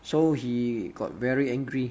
so he got very angry